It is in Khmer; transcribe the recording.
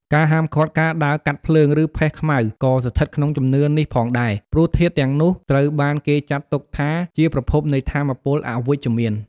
ការហាមឃាត់ការដើរកាត់ភ្លើង ឬផេះខ្មៅក៏ស្ថិតក្នុងជំនឿនេះផងដែរ ព្រោះធាតុទាំងនោះត្រូវបានគេចាត់ទុកថាជាប្រភពនៃថាមពលអវិជ្ជមាន។